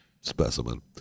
specimen